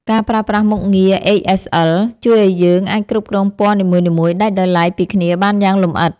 ការប្រើប្រាស់មុខងារ អេច-អេស-អិល ជួយឱ្យយើងអាចគ្រប់គ្រងពណ៌នីមួយៗដាច់ដោយឡែកពីគ្នាបានយ៉ាងលម្អិត។